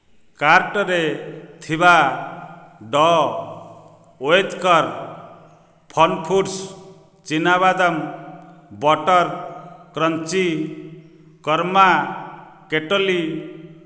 କାର୍ଟ୍ରେ ଥିବା ଡ ଓଏତ୍କର ଫନ୍ଫୁଡ଼୍ସ୍ ଚିନାବାଦାମ ବଟର୍ କ୍ରଞ୍ଚି କର୍ମା କେଟଲି